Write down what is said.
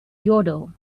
yodel